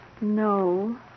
No